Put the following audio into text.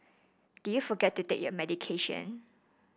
did you forget to take your